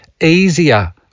easier